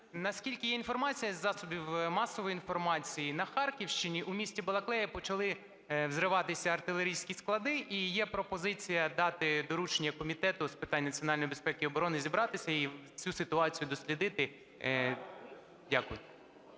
Наскільки є інформація із засобів масової інформації, на Харківщині у місті Балаклея почали взриватися артилерійські склади, і є пропозиція дати доручення Комітету з питань національної безпеки і оборони зібратися і цю ситуацію дослідити. Дякую.